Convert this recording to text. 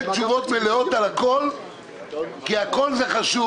תשובות מלאות על הכול כי הכול זה חשוב,